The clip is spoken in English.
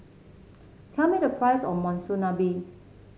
tell me the price of Monsunabe